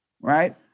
right